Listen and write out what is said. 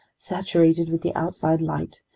saturated with the outside light,